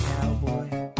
cowboy